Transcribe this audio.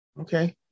Okay